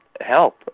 help